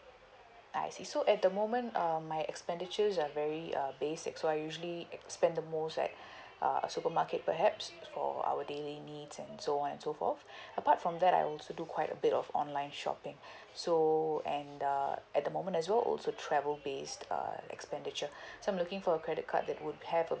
I see so at the moment um my expenditures are very uh basic so I usually uh spend the most like uh at supermarket perhaps for our daily needs and so on and so forth apart from that I also do quite a bit of online shopping so and uh at the moment as well also travel based uh expenditure so I'm looking for a credit card that would have a